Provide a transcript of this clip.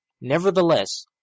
nevertheless